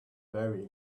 very